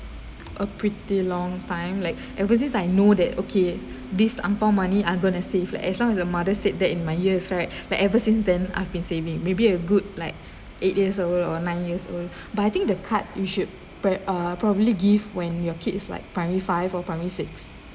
a pretty long time like ever since I know that okay this ang pow money I'm going to save as long as my mother said that in my ears right that ever since then I've been saving maybe a good like eight years old or nine years old but I think the card you should pre~ uh probably give when your kids is like primary five or primary six